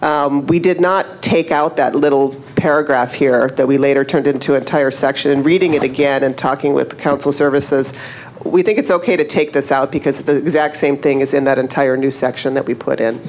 it we did not take out that little paragraph here that we later turned into entire section and reading it again and talking with the council services we think it's ok to take this out because the exact same thing is in that entire new section that we put in